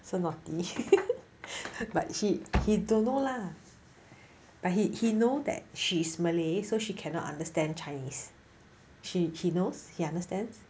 so naughty but he he don't know lah but he he know that she is malay so she cannot understand chinese she he knows he understands